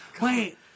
wait